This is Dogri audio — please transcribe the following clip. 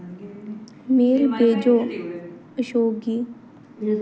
मेल भेजो अशोक गी